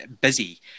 busy